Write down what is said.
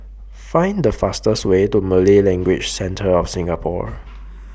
Find The fastest Way to Malay Language Centre of Singapore